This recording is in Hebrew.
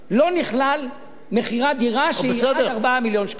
לא נכללת מכירת דירה שהיא עד 4 מיליון שקלים.